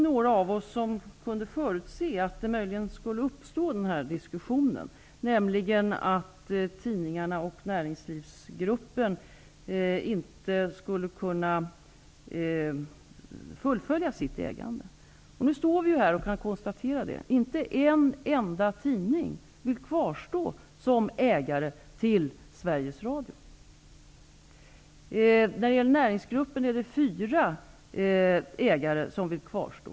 Några av oss kunde förutse att den här diskussionen möjligen skulle uppstå, nämligen den om att tidningarna och näringslivsgruppen inte skulle kunna fullfölja sitt ägaransvar. Nu kan vi konstatera att inte en enda tidning vill kvarstå som ägare till Sveriges Radio. I näringslivsgruppen är det bara fyra ägare som vill kvarstå.